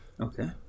Okay